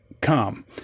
come